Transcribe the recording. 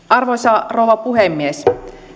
arvoisa rouva puhemies